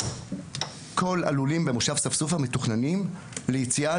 כל הלולים במושב מתוכננים ליציאה